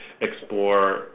explore